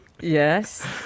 Yes